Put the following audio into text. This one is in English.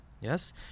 Yes